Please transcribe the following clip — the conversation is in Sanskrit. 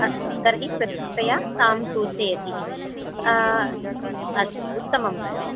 अस्तु तर्हि प्रथक्तया तां सूचयति इति अस्तु उत्तमं